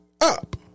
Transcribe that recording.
up